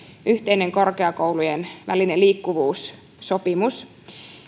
yhteinen korkeakoulujen liikkuvuussopimus